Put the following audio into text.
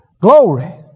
Glory